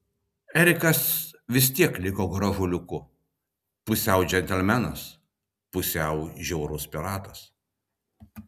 o erikas vis tiek liko gražuoliukas pusiau džentelmenas pusiau žiaurus piratas